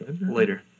Later